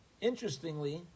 Interestingly